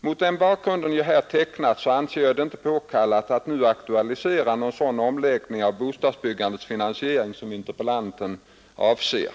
Mot den bakgrund jag här har tecknat anser jag det inte påkallat att nu aktualisera någon sådan omläggning av bostadsbyggandets finansiering som interpellanten avser.